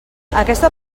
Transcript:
aquesta